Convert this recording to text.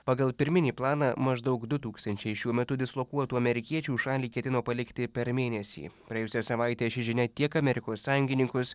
pagal pirminį planą maždaug du tūkstančiai šiuo metu dislokuotų amerikiečių šalį ketino palikti per mėnesį praėjusią savaitę ši žinia tiek amerikos sąjungininkus